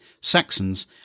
Saxons